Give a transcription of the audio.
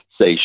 say